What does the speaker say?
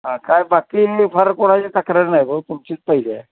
हां काय बाकी फार कोणाची तक्रार नाही हो तुमचीच पहिली आहे